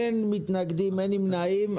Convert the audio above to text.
אין מתנגדים, אין נמנעים.